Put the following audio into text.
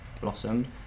blossomed